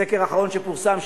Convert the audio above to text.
בסקר האחרון שפורסם,